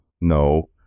no